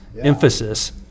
emphasis